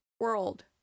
World